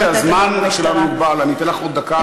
מאחר שהזמן שלנו מוגבל אני אתן לך עוד דקה,